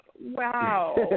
Wow